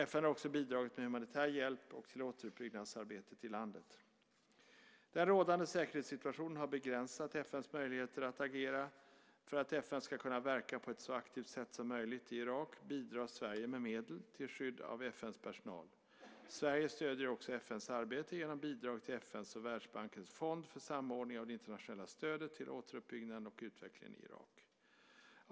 FN har också bidragit med humanitär hjälp och till återuppbyggnadsarbetet i landet. Den rådande säkerhetssituationen har begränsat FN:s möjligheter att agera. För att FN ska kunna verka på ett så aktivt sätt som möjligt i Irak bidrar Sverige med medel till skydd av FN:s personal. Sverige stöder också FN:s arbete genom bidrag till FN:s och Världsbankens fond för samordning av det internationella stödet till återuppbyggnaden och utvecklingen i Irak.